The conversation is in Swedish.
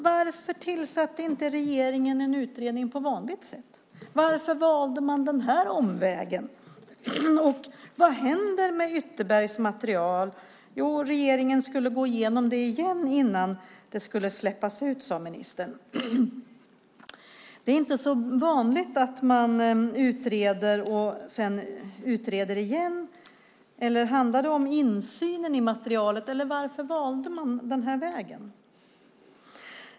Varför tillsatte inte regeringen en utredning på vanligt sätt? Varför valde man den här omvägen? Vad händer med Ytterbergs material? Regeringen ska gå igenom det igen innan det släpps ut, sade ministern. Det är inte så vanligt att man utreder och sedan utreder igen. Handlar det om insynen i materialet? Varför valde man den här vägen?